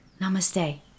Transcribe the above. Namaste